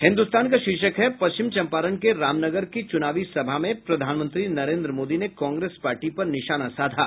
हिन्दुस्तान का शीर्षक है पश्चिम चंपारण के रामनगर की चुनावी सभा में प्रधानमंत्री नरेंद्र मोदी ने कांग्रेस पार्टी पर निशाना साधा